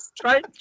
try